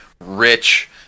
rich